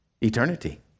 eternity